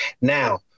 Now